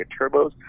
turbos